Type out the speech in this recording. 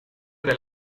del